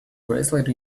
bracelet